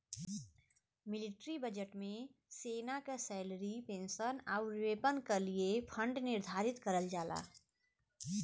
military budget में सेना क सैलरी पेंशन आउर वेपन क लिए फण्ड निर्धारित करल जाला